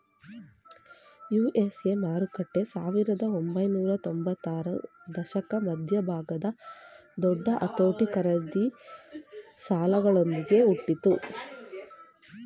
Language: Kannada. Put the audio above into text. ಯು.ಎಸ್.ಎ ಮಾರುಕಟ್ಟೆ ಸಾವಿರದ ಒಂಬೈನೂರ ಎಂಬತ್ತರ ದಶಕದ ಮಧ್ಯಭಾಗದ ದೊಡ್ಡ ಅತೋಟಿ ಖರೀದಿ ಸಾಲಗಳೊಂದ್ಗೆ ಹುಟ್ಟಿತು